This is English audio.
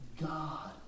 God